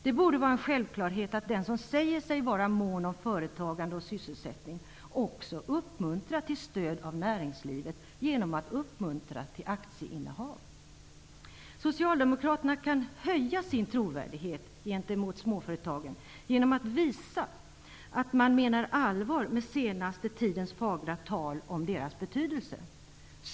Det borde vara en självklarhet att den som säger sig vara mån om företagande och sysselsättning också uppmuntrar till stöd av näringslivet genom att uppmuntra till aktieinnehav. Socialdemokraterna kan öka sin trovärdighet gentemot småföretagen genom att visa att man menar allvar med senaste tidens fagra tal om småföretagens betydelse.